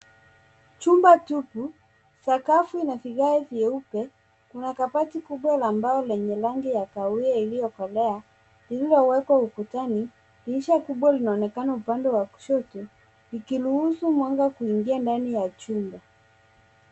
Chumba tupu, sakafu ina vigae vyeupe na kabati kubwa la mbao lenye rangi ya kahawia iliyozagaa iliyowekwa ukutani. Dirisha kubwa linaonekana upande wa kushoto ikiruhusu mwanga kuingia ndani ya chumba.